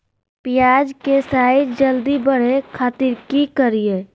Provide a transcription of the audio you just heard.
प्याज के साइज जल्दी बड़े खातिर की करियय?